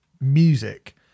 music